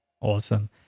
Awesome